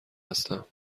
هستم